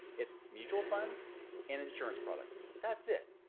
it's mutual funds and insurance products, that's it.